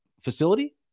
facility